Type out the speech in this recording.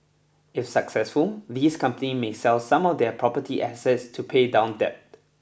if successful these companies may sell some of their property assets to pay down debt